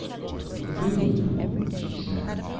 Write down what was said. what were you waiting for, she snapped.